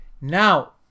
Now